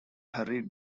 hurried